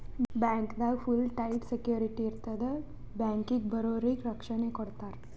ಬ್ಯಾಂಕ್ದಾಗ್ full tight security ಇರ್ತದ್ ಬ್ಯಾಂಕಿಗ್ ಬರೋರಿಗ್ ರಕ್ಷಣೆ ಕೊಡ್ತಾರ